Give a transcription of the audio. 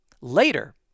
Later